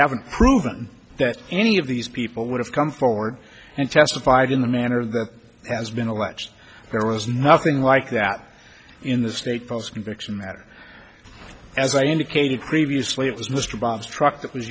haven't proven that any of these people would have come forward and testified in the manner that has been alleged there was nothing like that in the state polls conviction matter as i indicated previously it was mr bob's truck that was